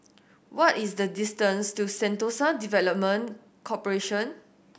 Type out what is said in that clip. what is the distance to Sentosa Development Corporation